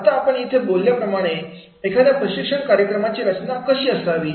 आता इथे आपण बोलल्याप्रमाणे एखाद्या प्रशिक्षण कार्यक्रमाची रचना कशी असावी